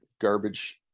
garbage